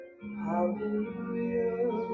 hallelujah